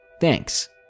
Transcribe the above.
Thanks